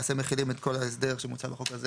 למעשה מחילים את כל ההסדר שמוצע בחוק הזה